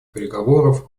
переговоров